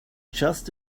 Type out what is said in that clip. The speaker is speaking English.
just